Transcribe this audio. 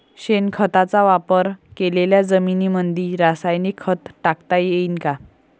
शेणखताचा वापर केलेल्या जमीनीमंदी रासायनिक खत टाकता येईन का?